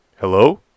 Hello